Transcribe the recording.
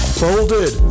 folded